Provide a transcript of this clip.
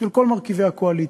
של כל מרכיבי הקואליציה,